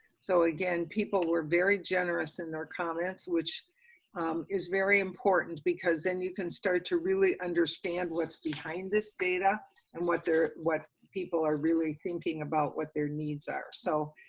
so again, people were very generous in their comments, which is very important because then you can start to really understand what's behind this data and what they're, what people are really thinking about what their needs are. so,